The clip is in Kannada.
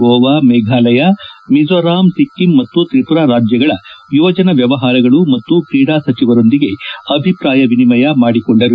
ಗೋವಾ ಮೇಘಾಲಯ ಮಿಜೋರಾಂ ಸಿಕ್ಕಿಂ ಮತ್ತು ತ್ರಿಪುರಾ ರಾಜ್ಯಗಳ ಯುವಜನ ವ್ಯವಹಾರಗಳು ಮತ್ತು ತ್ರೇಡಾ ಸಚಿವರೊಂದಿಗೆ ಅಭಿಪ್ರಾಯ ವಿನಿಮಯ ಮಾಡಿಕೊಂಡರು